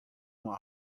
uma